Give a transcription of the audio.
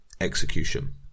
execution